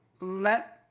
let